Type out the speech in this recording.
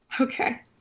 Okay